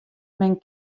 men